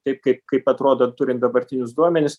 taip kaip kaip atrodo turint dabartinius duomenis